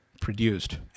produced